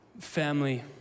family